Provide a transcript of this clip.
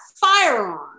firearm